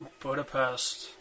budapest